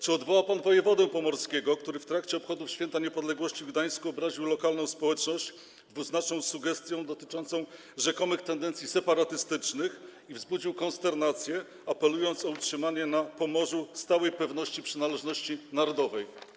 Czy odwoła pan wojewodę pomorskiego, który w trakcie obchodów święta niepodległości w Gdańsku obraził lokalną społeczność dwuznaczną sugestią dotyczącą rzekomych tendencji separatystycznych i wzbudził konsternację, apelując o utrzymanie na Pomorzu stałej pewności przynależności narodowej?